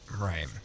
right